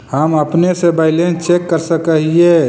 हम अपने से बैलेंस चेक कर सक हिए?